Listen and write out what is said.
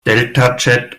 deltachat